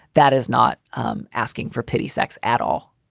that is not um asking for pity sex at all.